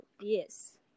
yes